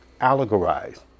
allegorize